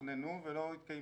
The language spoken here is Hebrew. שלא תוכננו ולא התקיימו.